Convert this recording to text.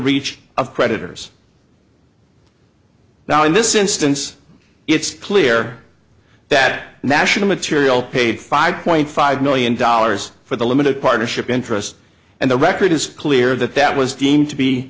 reach of creditors now in this instance it's clear that national material paid five point five million dollars for the limited partnership interest and the record is clear that that was deemed to be